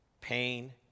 pain